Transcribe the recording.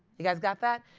you guys got that?